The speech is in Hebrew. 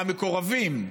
מהמקורבים,